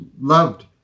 loved